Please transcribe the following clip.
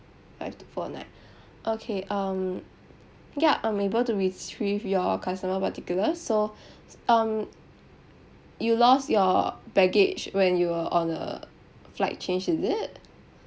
five two four nine okay um ya I'm able to retrieve your customer particulars so s~ um you lost your baggage when you were on a flight change is it